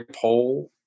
poll